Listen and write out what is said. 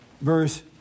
verse